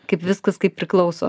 kaip viskas kaip priklauso